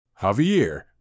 Javier